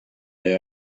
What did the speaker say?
they